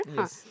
Yes